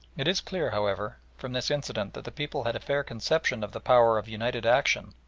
it is clear, however, from this incident that the people had a fair conception of the power of united action,